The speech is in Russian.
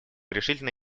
решительно